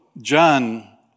John